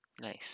Nice